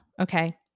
okay